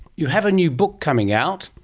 you have a new book coming out,